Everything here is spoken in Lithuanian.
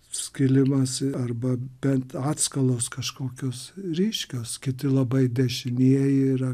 skilimas arba bent atskalos kažkokios ryškios kiti labai dešinieji yra